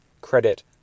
credit